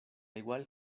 igual